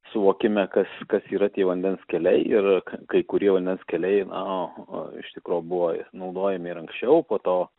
suvokime kas kas yra tie vandens keliai ir kai kurie vandens keliai na iš tikro buvo naudojami ir anksčiau po to